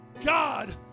God